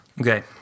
Okay